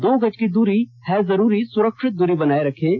दो गज की दूरी है जरूरी सुरक्षित दूरी बनाए रखें